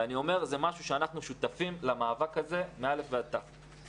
ואני אומר שזה משהו שאנחנו שותפים למאבק הזה מ-א' ועד ת'.